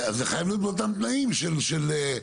זה חייב להיות באותם תנאים של אפיונים.